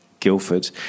Guildford